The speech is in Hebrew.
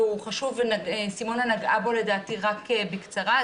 והוא חשוב וסימונה נגעה בו לדעתי רק בקצרה,